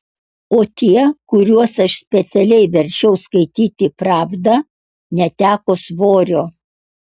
o tie kuriuos aš specialiai verčiau skaityti pravdą neteko svorio